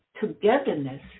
togetherness